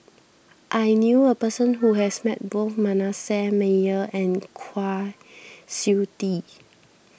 I knew a person who has met both Manasseh Meyer and Kwa Siew Tee